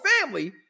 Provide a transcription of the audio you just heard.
family